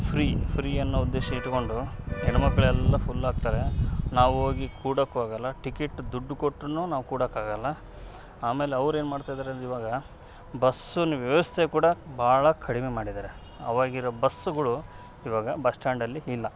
free free ಅನ್ನೋ ಉದ್ದೇಶ ಇಟ್ಟುಗೊಂಡು ಹೆಣ್ಣುಮಕ್ಳೆಲ್ಲ ಫುಲ್ ಆಗ್ತಾರೆ ನಾವೋಗಿ ಕೂಡೊಕ್ಕೂ ಆಗೊಲ್ಲ ಟಿಕೆಟ್ ದುಡ್ಡು ಕೊಟ್ರೂ ನಾವು ಕೂಡೊಕ್ಕಾಗೊಲ್ಲ ಆಮೇಲೆ ಅವ್ರೆನು ಮಾಡ್ತಿದ್ದಾರೆ ಅಂದರೆ ಇವಾಗ ಬಸ್ನ ವ್ಯವಸ್ಥೆ ಕೂಡ ಭಾಳ ಕಡಿಮೆ ಮಾಡಿದ್ದಾರೆ ಆವಾಗಿರೋ ಬಸ್ಸುಗಳು ಇವಾಗ ಬಸ್ಸ್ ಸ್ಟ್ಯಾಂಡಲ್ಲಿ ಇಲ್ಲ